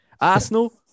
Arsenal